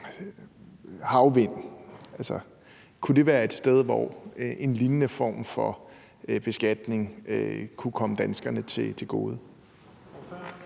havvind. Altså, kunne det være et sted, hvor en lignende form for beskatning kunne komme danskerne til gode?